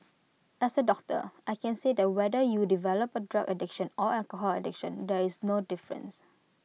as A doctor I can say that whether you develop A drug addiction or alcohol addiction there is no difference